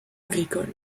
agricole